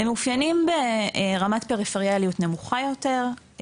הם מאופיינים ברמת פריפריאליות נמוכה יותר,